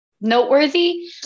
noteworthy